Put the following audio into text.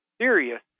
serious